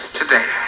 today